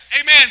Amen